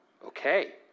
Okay